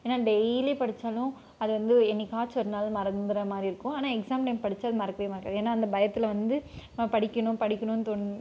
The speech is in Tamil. ஏன்னா டெயிலி படித்தாலும் அதை வந்து என்னைக்காச்சும் ஒருநாள் மறந்துடுற மாதிரி இருக்கும் ஆனால் எக்ஸாம் டைம் படித்தா அது மறக்கவே மறக்காது ஏன்னா அந்த பயத்தில் வந்து படிக்கணும் படிக்கணும்னு தோணும்